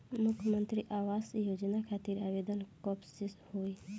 मुख्यमंत्री आवास योजना खातिर आवेदन कब से होई?